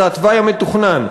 זה התוואי שהיה מתוכנן.